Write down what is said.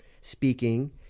speaking